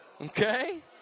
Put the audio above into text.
Okay